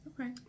Okay